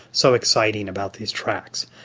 so exciting about these tracks.